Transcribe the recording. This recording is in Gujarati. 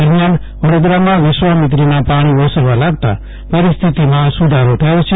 દરમિયાન વડોદરામાં વિશ્વામિત્રીના પાણી ઓસરવા લાગતા પરિસ્થિતિમાં સુધારો થયો છે